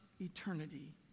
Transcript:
eternity